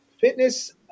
fitness